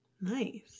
Nice